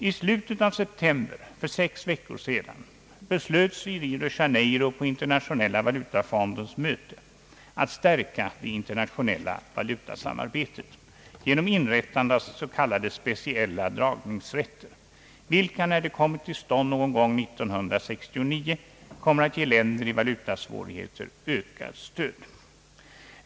I slutet av september, alltså för sex veckor sedan, beslöts i Rio de Janeiro på Internationella valutafondens möte att stärka det internationella valutasamarbetet genom inrättande av s.k. speciella dragningsrätter, vilka när de har kommit till stånd någon gång 1969 kommer att ge länder i valutasvårigheter ett ökat stöd.